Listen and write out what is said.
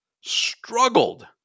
Struggled